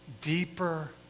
deeper